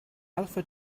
alpha